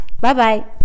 Bye-bye